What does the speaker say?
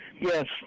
Yes